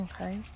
Okay